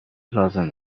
لازم